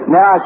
Now